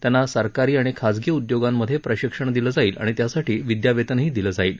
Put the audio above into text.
त्यांना सरकारी आणि खासगी उद्योगांमध्ये प्रशिक्षण दिलं जाईल आणि त्यासाठी विद्यावेतन दिलं जाईल